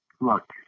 look